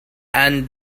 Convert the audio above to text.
and